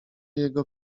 jego